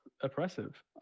oppressive